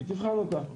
היא תבחן אותה.